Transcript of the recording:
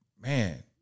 man